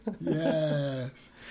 yes